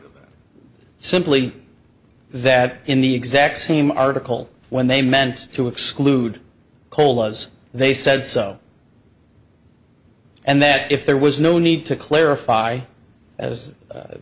d simply that in the exact same article when they meant to exclude cola's they said so and that if there was no need to clarify as